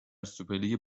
سوپرلیگ